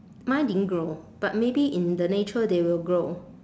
mine didn't grow but maybe in the nature they will grow